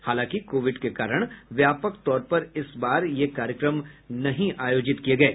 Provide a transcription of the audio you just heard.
हालांकि कोविड के कारण व्यापक तौर पर इस बार ये कार्यक्रम नहीं आयोजित किये गये